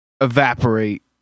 evaporate